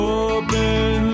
open